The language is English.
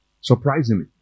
Surprisingly